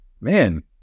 man